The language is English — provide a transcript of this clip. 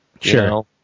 Sure